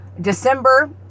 December